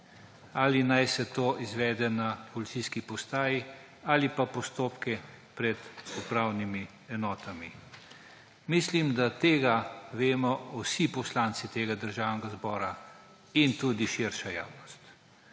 Ali naj se to izvede na policijski postaji ali pa postopke pred upravnimi enotami. Mislim, da to vemo vsi poslanci Državnega zbora in tudi širša javnost.